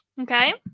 Okay